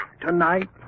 Tonight